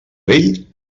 vell